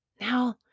Now